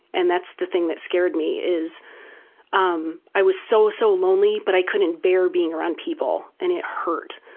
and that's the thing that scared me, is um i was so, so lonely but i couldn't bare being around people. and it hurt.